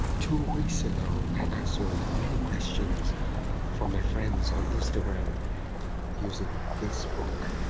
two weeks ago, i answered many questions from my friends on instagram using this book.